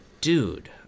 Dude